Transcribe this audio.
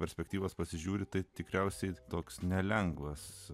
perspektyvas pasižiūri tai tikriausiai toks nelengvas